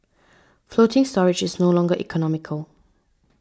floating storage is no longer economical